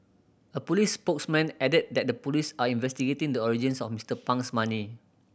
a police spokesman added that the police are investigating the origins of Mister Pang's money